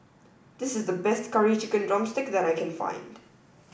this is the best curry chicken drumstick that I can find